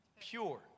Pure